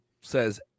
says